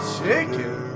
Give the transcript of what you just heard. chicken